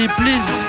please